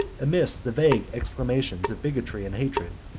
amidst the vague exclamations of bigotry and hatred,